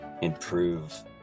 improve